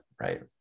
right